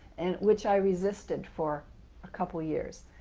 and which i resisted for a couple of years.